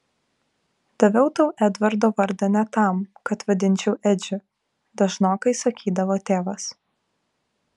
daviau tau edvardo vardą ne tam kad vadinčiau edžiu dažnokai sakydavo tėvas